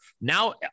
Now